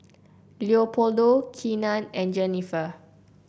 Leopoldo Keenan and Jennifer